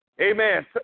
Amen